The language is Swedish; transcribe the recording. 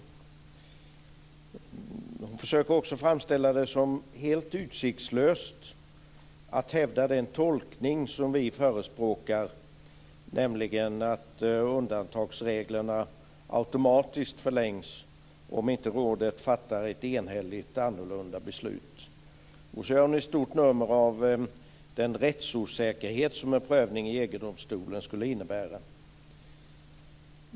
Ulla Wester försökte också framställa det som helt utsiktslöst att hävda den tolkning som vi förespråkar, nämligen att undantagsreglerna automatiskt förlängs om inte rådet fattar ett enhälligt annorlunda beslut. Hon gör ett stort nummer av den rättsosäkerhet som en prövning i EG-domstolen skulle innebära.